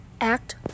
Act